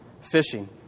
fishing